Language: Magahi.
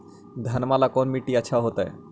घनमा ला कौन मिट्टियां अच्छा होतई?